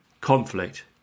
conflict